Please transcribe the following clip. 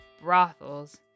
brothels